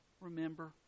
remember